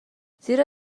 زیرا